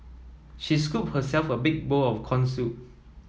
she scooped herself a big bowl of corn soup